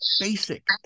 Basic